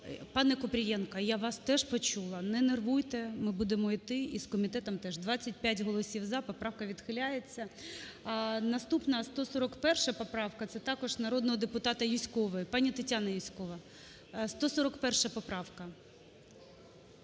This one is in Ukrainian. Пане Купрієнко, я вас теж почула не нервуйте ми будемо йти і з комітетом теж. 13:36:41 За-25 25 голосів "за", поправка відхиляється. Наступна 141 поправка, це також народного депутата Юзькової. Пані Тетяна Юзькова, 141 поправка.